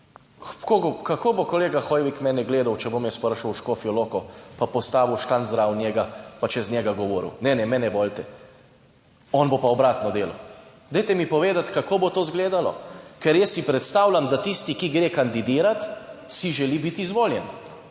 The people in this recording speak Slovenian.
Kako bo kolega Hoivik mene gledal, če bom jaz prišel v Škofjo Loko pa postavil štant zraven njega pa čez njega govoril, ne, ne, mene volite, on bo pa obratno delal. Dajte mi povedati, kako bo to izgledalo, ker jaz si predstavljam, da tisti, ki gre kandidirati, si želi biti izvoljen,